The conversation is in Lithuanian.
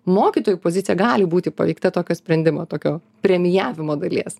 mokytojų pozicija gali būti paveikta tokio sprendimo tokio premijavimo dalies